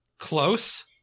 Close